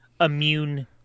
immune